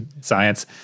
Science